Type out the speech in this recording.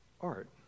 art